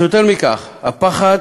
אינם בעלי חזות דתית, אך יותר מכך, הפחד